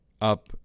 up